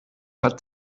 hat